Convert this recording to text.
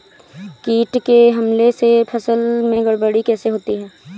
कीट के हमले से फसल में गड़बड़ी कैसे होती है?